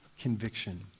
conviction